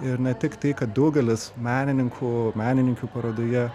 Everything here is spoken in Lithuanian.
ir ne tik tai kad daugelis menininkų menininkių parodoje